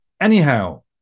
Anyhow